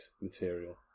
material